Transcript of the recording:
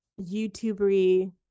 YouTubery